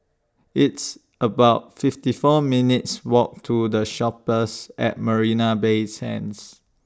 It's about fifty four minutes' Walk to The Shoppes At Marina Bay Sands